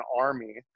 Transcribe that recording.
army